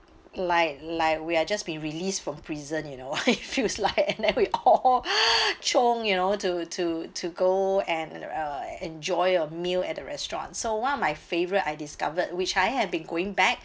like like we are just being released from prison you know it feels like and then we all chiong you know to to to go and uh enjoy a meal at a restaurant so one of my favourite I discovered which I have been going back